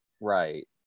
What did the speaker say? Right